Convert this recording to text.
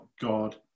God